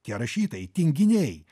tie rašytojai tinginiai